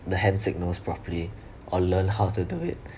the hand signals properly or learn how to do it